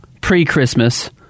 pre-Christmas